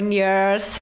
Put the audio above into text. years